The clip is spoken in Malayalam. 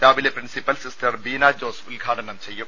രാവിലെ പ്രിൻസിപ്പൽ സിസ്റ്റർ ബീന ജോസ് ഉദ്ഘാടനം ചെയ്യും